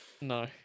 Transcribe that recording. No